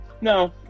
No